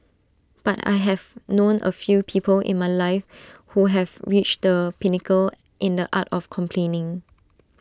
but I have known A few people in my life who have reached the pinnacle in the art of complaining